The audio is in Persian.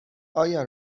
آیا